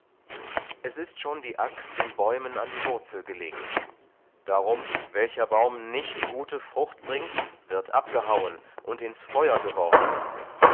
es ist schon die axt den bäumen an die wurzel gelegt darum welcher baum nicht gute frucht bringt wird abgehauen und ins feuer geworfen